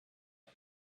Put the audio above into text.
man